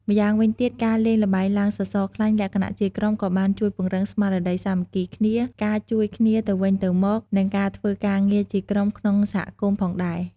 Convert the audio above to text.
ម៉្យាងវិញទៀតការលេងល្បែងឡើងសសរខ្លាញ់លក្ខណៈជាក្រុមក៏បានជួយពង្រឹងស្មារតីសាមគ្គីគ្នា ការជួយគ្នាទៅវិញទៅមក និងការធ្វើការងារជាក្រុមក្នុងសហគមន៍ផងដែរ។